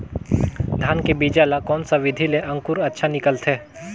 धान के बीजा ला कोन सा विधि ले अंकुर अच्छा निकलथे?